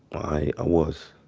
i was